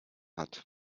hat